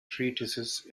treatises